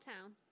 town